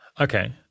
Okay